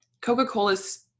Coca-Cola's